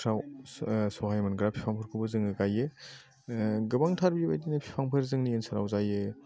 फ्राव सहायमोनग्रा फिफांफोरखौबो जोङो गायो गोबांथार बेबायदिनो फिफांफोर जोंनि ओनसोलआव जायो